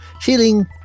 feeling